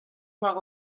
war